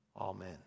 Amen